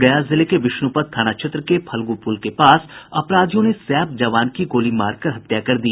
गया जिले के विष्णुपद थाना क्षेत्र के फल्गु पुल के पास अपराधियों ने सैप जवान की गोली मारकर हत्या कर दी